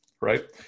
right